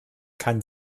kann